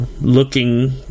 Looking